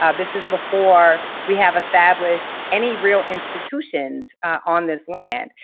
um this is before we have established any real institutions on this land.